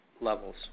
levels